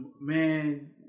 Man